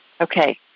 Okay